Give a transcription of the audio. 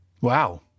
Wow